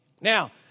Now